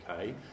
okay